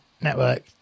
network